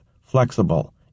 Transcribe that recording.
flexible